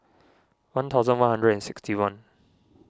one thousand one hundred and sixty one